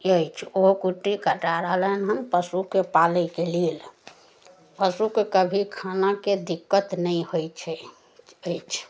अछि ओ कुट्टी कटा रहलै हन पशुके पालैके लेल पशुके कभी खानाके दिक्कत नहि होइ छै अछि